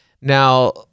Now